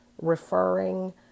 referring